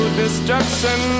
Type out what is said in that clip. destruction